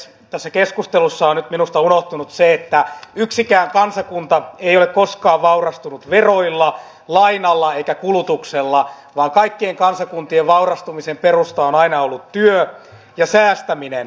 tässä keskustelussa on nyt minusta unohtunut se että yksikään kansakunta ei ole koskaan vaurastunut veroilla lainalla eikä kulutuksella vaan kaikkien kansakuntien vaurastumisen perusta on aina ollut työ ja säästäminen